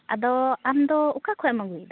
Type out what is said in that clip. ᱟᱫᱚ ᱟᱢ ᱫᱚ ᱚᱠᱟ ᱠᱷᱚᱱ ᱮᱢ ᱟᱹᱜᱩᱭᱮᱫᱟ